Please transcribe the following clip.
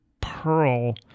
pearl